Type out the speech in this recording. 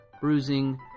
bruising